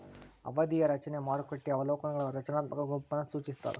ಅವಧಿಯ ರಚನೆ ಮಾರುಕಟ್ಟೆಯ ಅವಲೋಕನಗಳ ರಚನಾತ್ಮಕ ಗುಂಪನ್ನ ಸೂಚಿಸ್ತಾದ